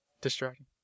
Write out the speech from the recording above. distracting